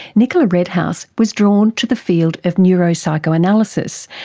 nicola redhouse was drawn to the field of neuro-psychoanalysis,